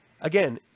again